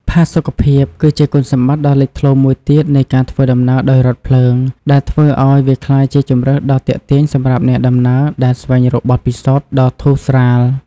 ផាសុកភាព គឺជាគុណសម្បត្តិដ៏លេចធ្លោមួយទៀតនៃការធ្វើដំណើរដោយរថភ្លើង ដែលធ្វើឱ្យវាក្លាយជាជម្រើសដ៏ទាក់ទាញសម្រាប់អ្នកដំណើរដែលស្វែងរកបទពិសោធន៍ដ៏ធូរស្រាល។